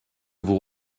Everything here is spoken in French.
vous